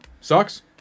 Sucks